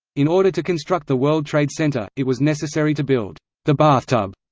in order to construct the world trade center, it was necessary to build the bathtub,